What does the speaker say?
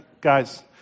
Guys